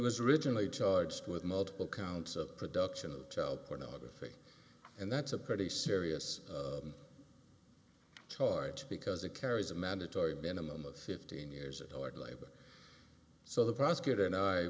was originally charged with multiple counts of production of child pornography and that's a pretty serious charge because it carries a mandatory minimum of fifteen years ago at labor so the prosecutor and i